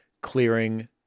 clearing